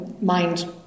mind